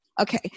Okay